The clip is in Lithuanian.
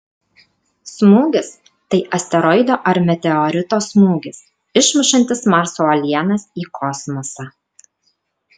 smūgis tai asteroido ar meteorito smūgis išmušantis marso uolienas į kosmosą